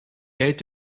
geld